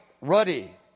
ruddy